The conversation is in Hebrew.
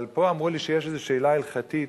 אבל פה אמרו לי שיש איזו שאלה הלכתית